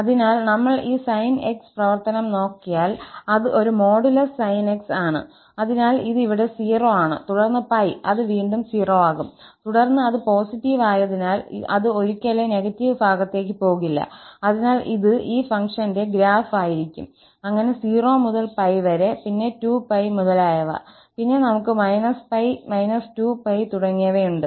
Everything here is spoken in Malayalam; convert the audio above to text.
അതിനാൽ നമ്മൾ ഈ sin𝑥 പ്രവർത്തനം നോക്കിയാൽ അത് ഒരു മോഡുലസ് sin𝑥 ആണ് അതിനാൽ ഇത് ഇവിടെ 0 ആണ് തുടർന്ന് 𝜋 അത് വീണ്ടും 0 ആകും തുടർന്ന് അത് പോസിറ്റീവ് ആയതിനാൽ അത് ഒരിക്കലും നെഗറ്റീവ് ഭാഗത്തേക്ക് പോകില്ല അതിനാൽ ഇത് ഈ ഫംഗ്ഷന്റെ ഗ്രാഫ് ആയിരിക്കും അങ്ങനെ 0 മുതൽ 𝜋 വരെ പിന്നെ 2𝜋 മുതലായവ പിന്നെ നമുക്ക് −𝜋 −2𝜋 തുടങ്ങിയവയുണ്ട്